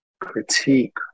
critique